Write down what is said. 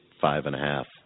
five-and-a-half